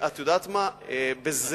מה יש